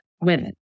Women